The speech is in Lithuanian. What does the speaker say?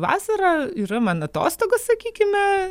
vasara yra man atostogos sakykime